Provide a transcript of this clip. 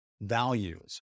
values